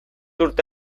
urte